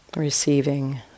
receiving